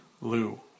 Lou